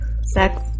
sex